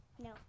No